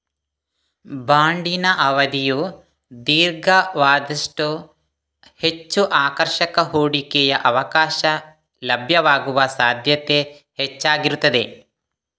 ಬಾಂಡಿನ ಅವಧಿಯು ದೀರ್ಘವಾದಷ್ಟೂ ಹೆಚ್ಚು ಆಕರ್ಷಕ ಹೂಡಿಕೆಯ ಅವಕಾಶ ಲಭ್ಯವಾಗುವ ಸಾಧ್ಯತೆ ಹೆಚ್ಚಾಗಿರುತ್ತದೆ